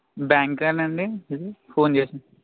బ్యాంకేనా అండి ఇది ఫోన్ చేసింది